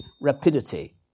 rapidity